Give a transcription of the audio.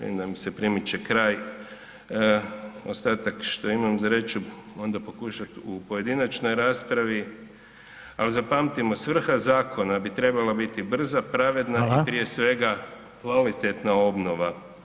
Vidim da mi se primiče kraj, ostatak što imam za reći ću onda pokušati u pojedinačnoj raspravi, ali zapamtimo svrha zakona bi trebala biti brza, pravedna i prije svega kvalitetna obnova.